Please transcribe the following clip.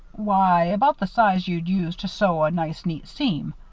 why about the size you'd use to sew a nice neat seam.